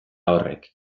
horrek